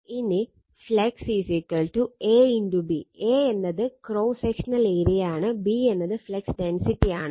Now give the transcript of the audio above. ഇനി flux AB A എന്നത് cross sectional ഏരിയയാണ് B എന്നത് ഫ്ലക്സ് ഡെൻസിറ്റി ആണ്